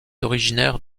originaire